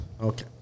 Okay